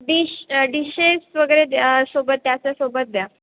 dish dishes वगैरे द्या सोबत त्याच्यासोबत द्या